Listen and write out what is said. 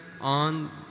on